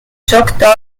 choctaw